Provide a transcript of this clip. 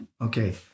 Okay